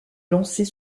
lancer